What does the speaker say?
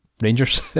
Rangers